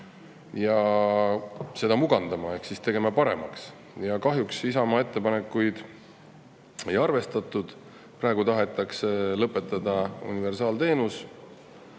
ja seda mugandama ehk tegema paremaks. Kahjuks Isamaa ettepanekuid ei arvestatud. Praegu tahetakse universaalteenus